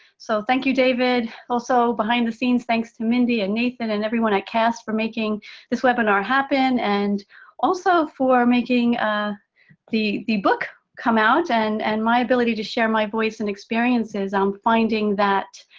so thank you, david. also behind the scenes, thanks to mindy and nathan and everyone at cast, for making this webinar happen. and also for making ah the the book come out, and and my ability to share my voice and experiences. i'm finding that